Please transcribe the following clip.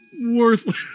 Worthless